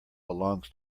belongs